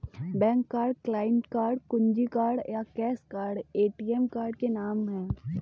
bank card, client card, कुंजी card या cash card ATM card के नाम है